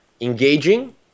engaging